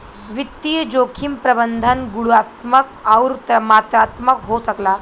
वित्तीय जोखिम प्रबंधन गुणात्मक आउर मात्रात्मक हो सकला